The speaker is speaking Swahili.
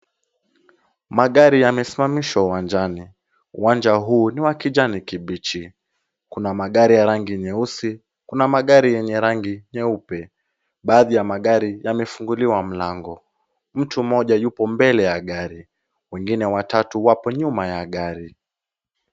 Magari yamesimamishwa uwanjani. Uwanja huu ni wa kijani kibichi. Kuna magari ya rangi nyeusi, kuna magari yenye rangi nyeupe. Baadhi ya magari yamefunguliwa mlango. Mtu mmoja yuko mbele ya gari. Wengine watatu wako nyuma ya gari.